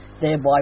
thereby